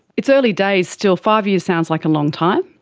it's early days still, five years sounds like a long time,